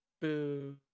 Boo